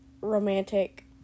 romantic